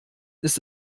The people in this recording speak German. ist